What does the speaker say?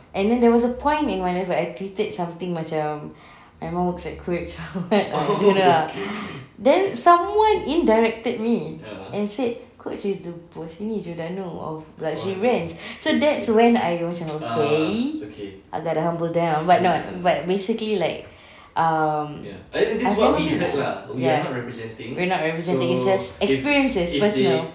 and then there was a point whenever I tweeted something macam my mum works at coach gitu ah then someone indirected me and said coach is the bossini giordano of luxury brands so that's when I macam okay I got to humble down but no but basically like um I haven't heard lah ya we're not representing it's just experiences personal